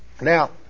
Now